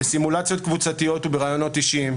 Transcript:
בסימולציות קבוצתיות ובראיונות אישיים,